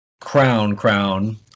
crown-crown